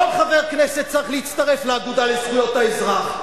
כל חבר כנסת צריך להצטרף לאגודה לזכויות האזרח,